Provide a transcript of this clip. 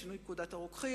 שינוי פקודת הרוקחים,